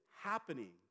happening